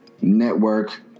Network